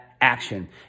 action